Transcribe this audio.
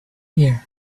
here